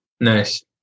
Nice